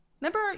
Remember